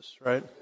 right